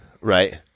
right